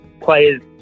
players